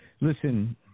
listen